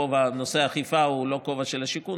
נושא האכיפה הוא לא כובע של השיכון,